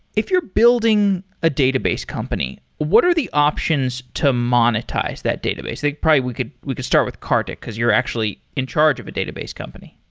if you're building a database company, what are the options to monetize that database? probably, we could we could start with karthik, because you're actually in charge of a database company.